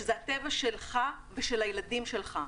שזה הטבע שלך ושל הילדים שלך.